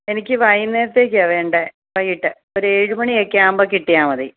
എനിക്ക് വൈകുന്നേരത്തേക്കാണ് വേണ്ടത് വൈകിട്ട് ഒരു ഏഴ് മണി ഒക്കെ ആകുമ്പോൾ കിട്ടിയാൽ മതി